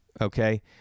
okay